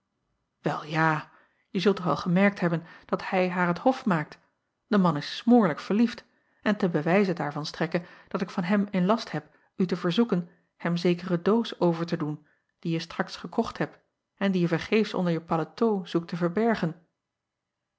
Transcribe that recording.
el ja je zult toch wel gemerkt hebben dat hij haar het hof maakt de man is smoorlijk verliefd en ten bewijze daarvan strekke dat ik van hem in last heb u te verzoeken hem zekere doos over te doen die je straks gekocht hebt en die je vergeefs onder je paletot zoekt te verbergen